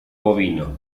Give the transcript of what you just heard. bovino